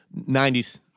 90s